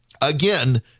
Again